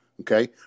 okay